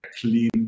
clean